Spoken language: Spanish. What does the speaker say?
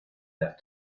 las